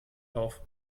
auf